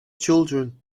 children